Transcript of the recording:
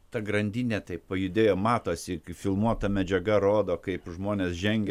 ta grandinė taip pajudėjo matosi filmuota medžiaga rodo kaip žmonės žengia